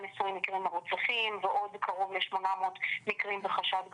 מקרים מרוצפים ועוד קרוב ל-800 מקרים בחשד גבוה.